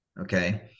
Okay